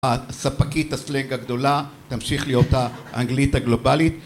הספקית הסלנג הגדולה תמשיך להיות האנגלית הגלובלית